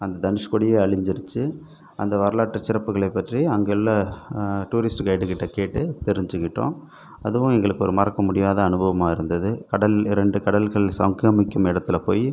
அந்த தனுஷ்கோடியே அழிஞ்சிருச்சி அந்த வரலாற்று சிறப்புகளை பற்றி அங்கே உள்ள டூரிஸ்ட் கைடுகிட்டே கேட்டு தெரிஞ்சிக்கிட்டோம் அதுவும் எங்களுக்கு ஒரு மறக்க முடியாத அனுபவமாக இருந்தது கடல் இரண்டு கடல்கள் சங்கமிக்கும் இடத்துல போய்